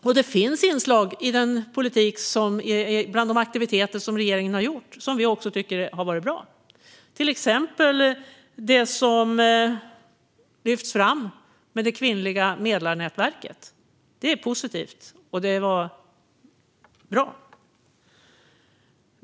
Och det finns inslag bland de aktiviteter som regeringen har genomfört som vi tycker har varit bra, till exempel det som lyfts fram med det kvinnliga medlarnätverket. Det är positivt och bra.